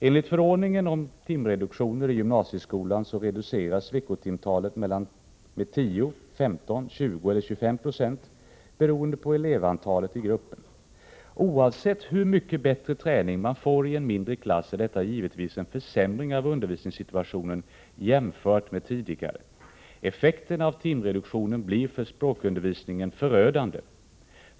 Enligt förordningen om timreduktioner i gymnasieskolan reduceras veckotimtalet med 10, 15, 20 eller 25 96 beroende på elevantalet i gruppen. Oavsett hur mycket bättre träning man får i en mindre klass är detta givetvis en försämring av undervisningssituationen jämfört med tidigare. Effekten av timreduktionen blir för språkundervisningen förödande.